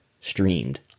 streamed